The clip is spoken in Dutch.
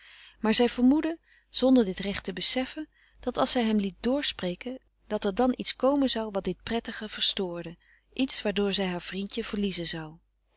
maar zij vermoedde zonder dit recht te beseffen dat als zij hem liet doorspreken dat er dan iets komen zou wat dit prettige verstoorde iets waardoor zij haar vriendje verliezen zou